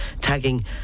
tagging